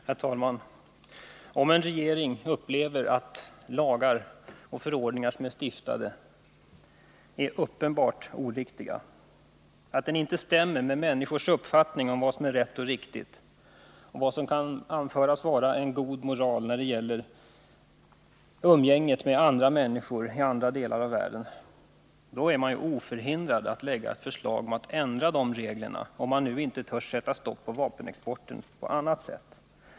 Herr talman! Om en regering upplever att stiftade lagar och förordningar är uppenbart oriktiga, att de inte stämmer med människors uppfattning om vad som är rätt och riktigt och vad som kan anföras vara en god moral när det gäller umgänget med andra människor i andra delar av världen, då är man oförhindrad att lägga fram förslag om att ändra de reglerna — om man inte törs sätta stopp för vapenexporten på annat sätt.